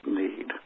need